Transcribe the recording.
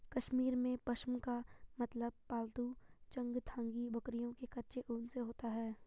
कश्मीर में, पश्म का मतलब पालतू चंगथांगी बकरियों के कच्चे ऊन से होता है